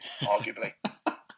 arguably